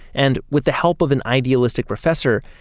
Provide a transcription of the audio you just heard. and with the help of an idealistic professor,